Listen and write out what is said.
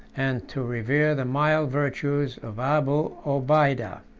and to revere the mild virtues of abu obeidah.